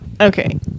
Okay